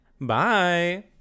Bye